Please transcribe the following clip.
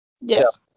Yes